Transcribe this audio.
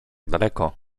daleko